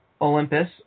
Olympus